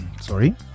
sorry